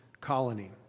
colony